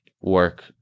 work